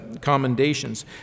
commendations